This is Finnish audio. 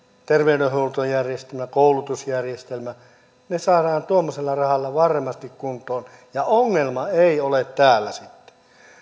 terveydenhuoltojärjestelmä koulutusjärjestelmä ne saadaan tuommoisella rahalla varmasti kuntoon ja ongelma ei ole täällä sitten